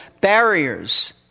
barriers